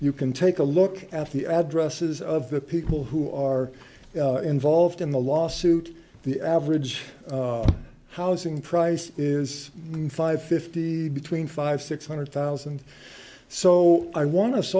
you can take a look at the addresses of the people who are involved in the lawsuit the average housing price is five fifty between five six hundred thousand so i want us